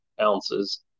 ounces